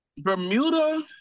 Bermuda